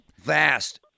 Vast